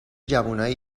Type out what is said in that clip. جوونای